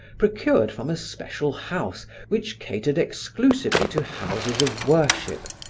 procured from a special house which catered exclusively to houses of worship,